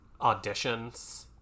auditions